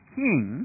king